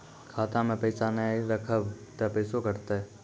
खाता मे पैसा ने रखब ते पैसों कटते?